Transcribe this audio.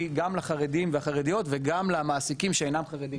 גם לחרדים ולחרדיות וגם למעסיקים שאינם חרדים,